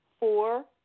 four